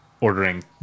ordering